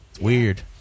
Weird